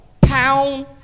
pound